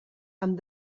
amb